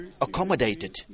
accommodated